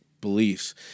beliefs